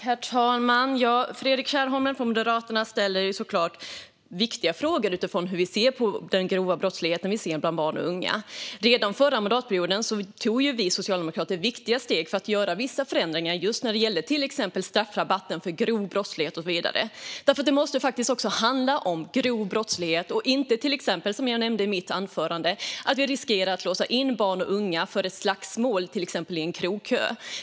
Herr talman! Fredrik Kärrholm från Moderaterna ställer såklart viktiga frågor utifrån hur vi ser på den grova brottsligheten bland barn och unga. Redan förra mandatperioden tog vi socialdemokrater viktiga steg för att göra vissa förändringar när det gällde till exempel straffrabatten för grov brottslighet. Det måste handla om grov brottslighet så att vi inte, som jag nämnde i mitt anförande, riskerar att låsa in barn och unga för ett slagsmål, till exempel i en krogkö.